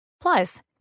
Plus